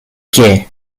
che